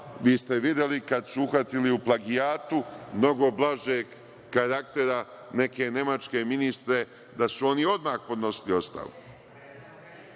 Videli ste kada su uhvatili u plagijatu mnogo blažeg karaktera neke nemačke ministre, da su oni odmah podnosili ostavku.